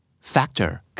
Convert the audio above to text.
Factor